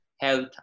health